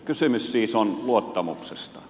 kysymys siis on luottamuksesta